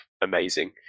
amazing